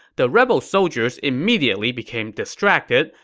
the rebel soldiers immediately became distracted,